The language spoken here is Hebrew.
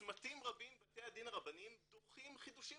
בצמתים רבים בתי הדין הרבניים דוחים חידושים